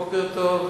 בוקר טוב,